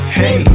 hey